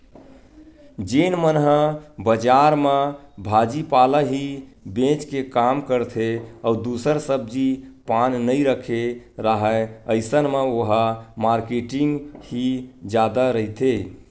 जेन मन ह बजार म भाजी पाला ही बेंच के काम करथे अउ दूसर सब्जी पान नइ रखे राहय अइसन म ओहा मारकेटिंग ही जादा रहिथे